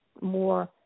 more